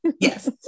Yes